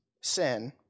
sin